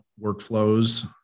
workflows